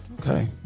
Okay